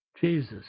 Jesus